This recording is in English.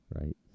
Right